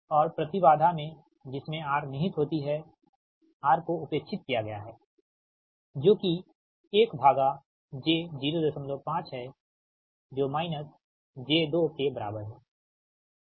और प्रति बाधा में जिसमे R निहित होती है R को उपेक्षित किया गया हैं जो कि 1 भागा j 05 है जो माइनस j 2 के बराबर है